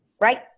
right